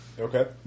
Okay